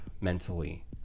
mentally